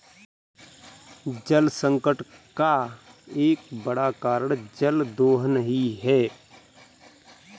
जलसंकट का एक बड़ा कारण जल का दोहन ही है